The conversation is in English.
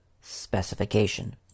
specification